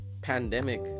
pandemic